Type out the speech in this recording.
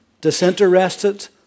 disinterested